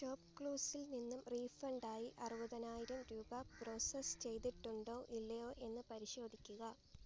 ഷോപ്പ്ക്ലൂസിൽ നിന്നും റീഫണ്ട് ആയി അറുപതിനായിരം രൂപ പ്രോസസ്സ് ചെയ്തിട്ടുണ്ടോ ഇല്ലയോ എന്ന് പരിശോധിക്കുക